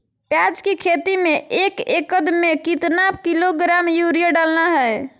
प्याज की खेती में एक एकद में कितना किलोग्राम यूरिया डालना है?